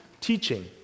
teaching